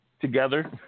together